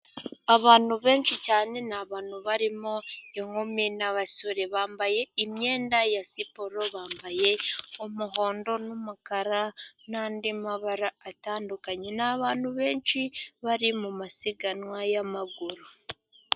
Abantu benshi cyane, ni abantu barimo inkumi n'abasore, bambaye imyenda ya siporo, bambaye umuhondo n'umukara, n'andi mabara atandukanye, ni abantu benshi bari mu masiganwa y'amaguru.